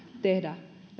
tehdä